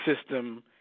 system